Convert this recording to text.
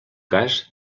cas